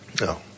No